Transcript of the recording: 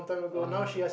uh okay